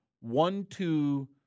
one-two